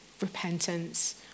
repentance